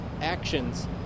actions